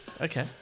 Okay